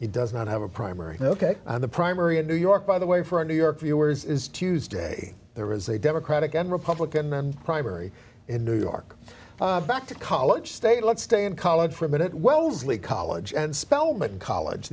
he does not have a primary ok the primary in new york by the way for new york viewers is tuesday there was a democratic and republican primary in new york back to college state let's stay in college for a minute wellesley college and spelman college